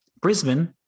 Brisbane